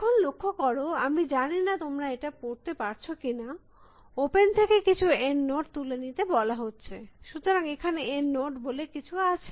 এখন লক্ষ্য কর আমি জানি না তোমরা এটা পড়তে পারছ কিনা ওপেন থেকে কিছু N নোড তুলে নিতে বলা হচ্ছে সুতরাং এখানে N নোড বলে কিছু আছে